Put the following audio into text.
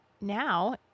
now